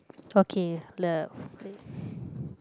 okay love